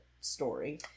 story